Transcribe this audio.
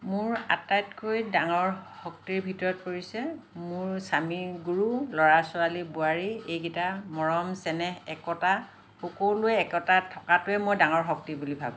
মোৰ আটাইতকৈ ডাঙৰ শক্তিৰ ভিতৰত পৰিছে মোৰ স্বামী গুৰু ল'ৰা ছোৱালী বোৱাৰী সেইগিটা মৰম চেনেহ একতা সকলোৱে একতাত থকাটোৱেই মই ডাঙৰ শক্তি বুলি ভাবোঁ